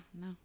no